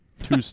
Two